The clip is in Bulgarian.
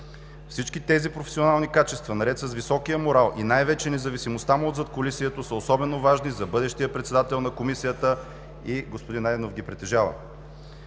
Всички тези професионални качества, наред с високия морал и най-вече независимостта му от задкулисието, са особено важни за бъдещия председател на Комисията и господин Найденов ги притежава.